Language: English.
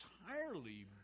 entirely